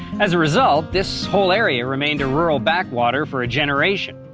as a result, this whole area remained a rural backwater for a generation,